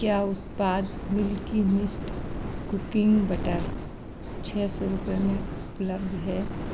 क्या उत्पाद milky mist cooking butter छः रुपये में उपलब्ध है